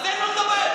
אז תן לו לדבר.